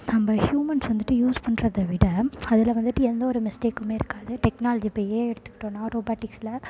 நம்ம ஹ்யூமன்ஸ் வந்துவிட்டு யூஸ் பண்ணுறத விட அதில் வந்துவிட்டு எந்த ஒரு மிஸ்டேக்குமே இருக்காது டெக்னாலஜி இப்போ ஏஐ எடுத்திக்கிட்டோம்னா ரொபாட்டிக்ஸில்